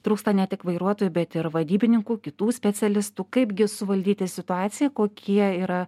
trūksta ne tik vairuotojų bet ir vadybininkų kitų specialistų kaipgi suvaldyti situaciją kokie yra